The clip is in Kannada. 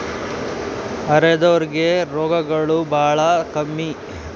ಅರೆದೋರ್ ಗೆ ರೋಗಗಳು ಬಾಳ ಕಮ್ಮಿ